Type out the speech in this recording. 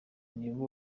nib